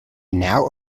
now